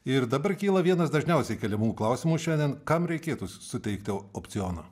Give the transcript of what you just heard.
ir dabar kyla vienas dažniausiai keliamų klausimų šiandien kam reikėtų suteikti opcioną